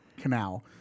canal